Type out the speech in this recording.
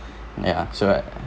ya so